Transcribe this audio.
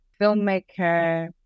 filmmaker